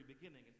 beginning